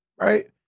right